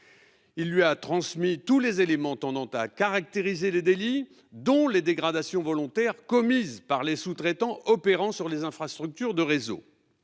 Il lui a transmis tous les éléments tendant à caractériser les délits, notamment les dégradations volontaires commises par les sous-traitants opérant sur les infrastructures de réseau.